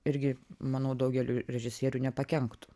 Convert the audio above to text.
irgi manau daugeliui režisierių nepakenktų